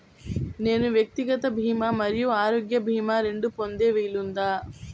నేను వ్యక్తిగత భీమా మరియు ఆరోగ్య భీమా రెండు పొందే వీలుందా?